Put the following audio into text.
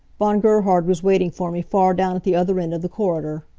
von gerhard was waiting for me far down at the other end of the corridor.